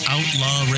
Outlaw